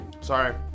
Sorry